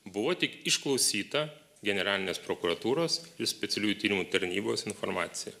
buvo tik išklausyta generalinės prokuratūros ir specialiųjų tyrimų tarnybos informacija